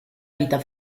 vita